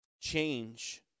Change